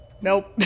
Nope